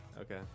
Okay